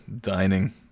dining